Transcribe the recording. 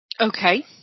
Okay